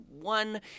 one